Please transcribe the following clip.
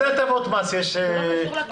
זה לא קשור לקורונה?